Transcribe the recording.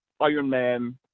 Ironman